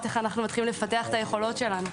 איך אנו הולכים לפתח את היכולות שלנו.